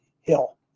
Hill